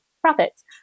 profits